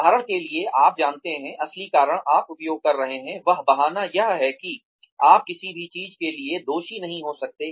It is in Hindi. उदाहरण के लिए आप जानते हैं असली कारण आप उपयोग कर रहे हैं वह बहाना यह है कि आप किसी भी चीज़ के लिए दोषी नहीं हो सकते